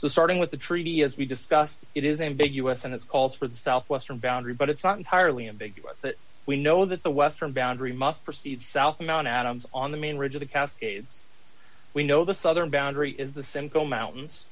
so starting with the treaty as we discussed it is ambiguous and it's calls for the southwestern boundary but it's not entirely ambiguous that we know that the western boundary must proceed south mount adams on the main ridge of the cascades we know the southern boundary is the simcoe mountains